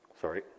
sorry